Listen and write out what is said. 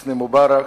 חוסני מובארק.